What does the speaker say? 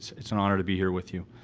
it's an honor to be here with you.